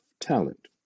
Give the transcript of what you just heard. talent